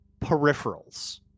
Peripherals